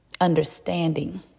understanding